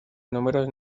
números